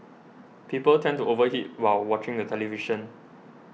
people tend to over eat while watching the television